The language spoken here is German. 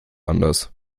anders